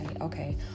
okay